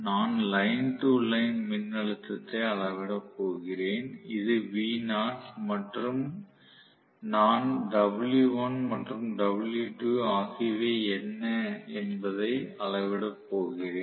நான் line to line மின்னழுத்தத்தை அளவிடப் போகிறேன் இது V0 மற்றும் நான் W1 மற்றும் W2 ஆகியவை என்ன என்பதை அளவிடப் போகிறேன்